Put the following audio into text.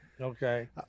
Okay